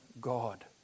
God